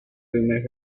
primer